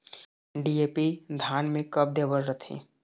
DAP धान मे कब दे बर रथे?